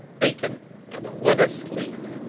bacon and a lettuce leaf.